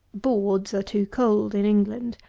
boards are too cold in england.